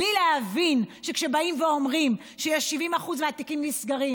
בלי להבין שכשבאים ואומרים ש-70% מהתיקים נסגרים,